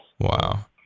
Wow